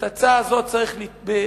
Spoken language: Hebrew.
את ההצעה הזאת צריך להעביר,